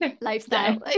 lifestyle